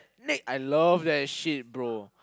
next I love that shit bro